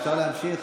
אפשר להמשיך?